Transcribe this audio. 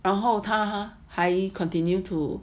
然后他还 continue to